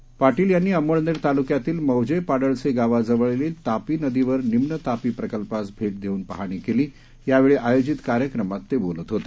मंत्री पाटील यांनी अमळनेर तालुक्यातील मौजे पाडळसे गावाजवळील तापी नदीवर निम्न तापी प्रकल्पास भेट देऊन पाहणी केली यावेळी आयोजित कार्यक्रमात ते बोलत होते